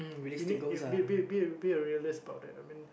you need be be be a realist about it I mean